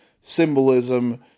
symbolism